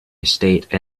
estate